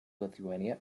lithuania